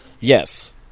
Yes